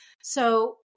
So-